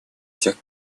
тех